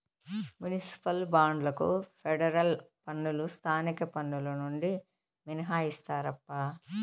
municipal బాండ్లకు federal పన్నులు స్థానిక పన్నులు నుండి మినహాయిస్తారప్పా